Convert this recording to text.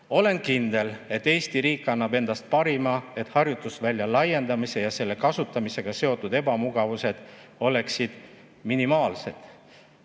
Olen kindel, et Eesti riik annab endast parima, et harjutusvälja laiendamise ja selle kasutamisega seotud ebamugavused oleksid minimaalsed.